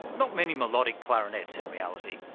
not many melodic clarinets in reality,